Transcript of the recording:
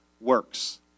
works